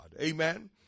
Amen